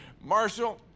Marshall